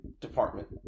department